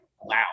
wow